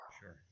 Sure